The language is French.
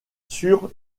sur